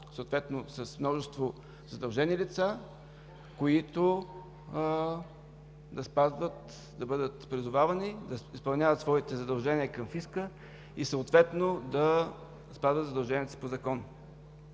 съответно с множество задължени лица, които да бъдат призовавани да изпълняват своите задължения към фиска и съответно да спазват задълженията си по закон.